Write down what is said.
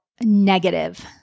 negative